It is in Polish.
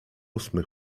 ósmy